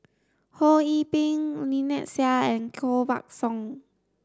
Ho Yee Ping Lynnette Seah and Koh Buck Song